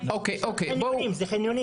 אגב, זה חניונים